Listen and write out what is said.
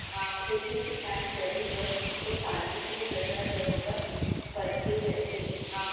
खेती किसान करे बर तो पानी के जरूरत बरोबर परते रथे